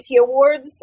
Awards